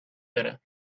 داره